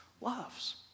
loves